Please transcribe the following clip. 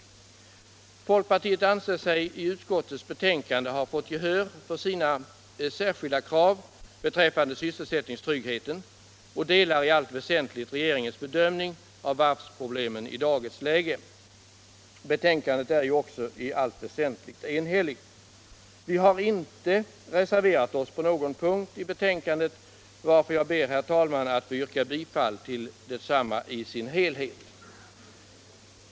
Folkpartiet anser sig i utskottets betänkande ha fått gehör för sina särskilda krav beträffande sysselsättningstryggheten och delar i allt väsentligt regeringens bedömning av varvsproblemen i dagens läge. Betänkandet är också i allt väsentligt enhälligt. Vi har inte reserverat oss på någon punkt och jag ber, herr talman, att få yrka bifall till utskottets hemställan i dess helhet.